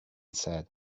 said